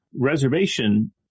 Reservation